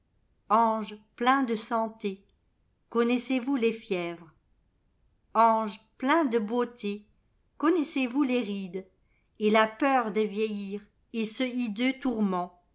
ange plein de santé connaissez-vous les fièvres ange plein de beauté connaissez-vous les rides et la peur de vieillir et ce hideux tourment